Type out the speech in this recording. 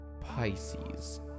Pisces